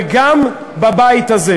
וגם בבית הזה,